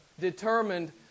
determined